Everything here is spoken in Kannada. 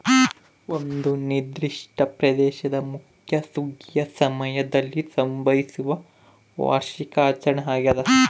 ಒಂದು ನಿರ್ದಿಷ್ಟ ಪ್ರದೇಶದ ಮುಖ್ಯ ಸುಗ್ಗಿಯ ಸಮಯದಲ್ಲಿ ಸಂಭವಿಸುವ ವಾರ್ಷಿಕ ಆಚರಣೆ ಆಗ್ಯಾದ